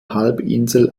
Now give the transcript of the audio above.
halbinsel